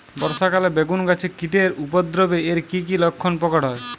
বর্ষা কালে বেগুন গাছে কীটের উপদ্রবে এর কী কী লক্ষণ প্রকট হয়?